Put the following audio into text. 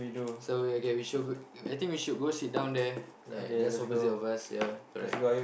so ya okay we should I think we should go sit down there like just opposite of us ya correct